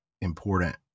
important